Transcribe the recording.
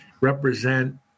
represent